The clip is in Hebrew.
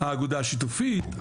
האגודה השיתופית,